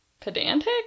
pedantic